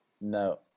No